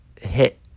hit